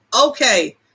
okay